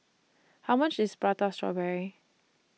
How much IS Prata Strawberry